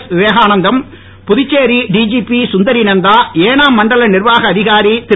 நிவேதானந்தம்இ Puducherry DGP Sundari Nanda Yanam மண்டல நிர்வாக அதிகாரி திரு